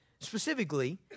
specifically